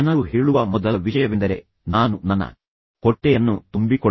ಜನರು ಹೇಳುವ ಮೊದಲ ವಿಷಯವೆಂದರೆ ನಾನು ನನ್ನ ಹೊಟ್ಟೆಯನ್ನು ತುಂಬಿಕೊಳ್ಳಬೇಕು